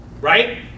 Right